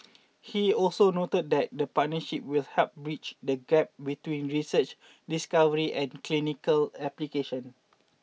he also noted that the partnership will help bridge the gap between research discovery and clinical application